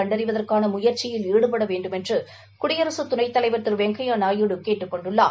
கண்டறிவதற்கான முயற்சியில் ஈடுபட வேண்டுமென்று குடியரசு துணைத்தலைவர் திரு வெஙகையா நாயுடு கேட்டுக் கொண்டுள்ளார்